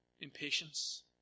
impatience